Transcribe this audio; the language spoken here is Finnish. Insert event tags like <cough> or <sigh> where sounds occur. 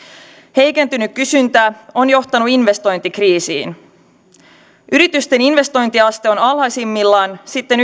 heikentynyt kysyntä on johtanut investointikriisiin yritysten investointiaste on alhaisimmillaan sitten <unintelligible>